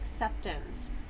acceptance